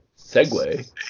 segue